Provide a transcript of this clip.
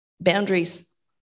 boundaries